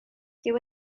dyw